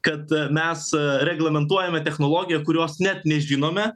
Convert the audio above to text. kad mes reglamentuojame technologiją kurios net nežinome